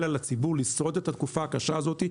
על הציבור לשרוד את התקופה הקשה הזאת.